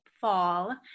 fall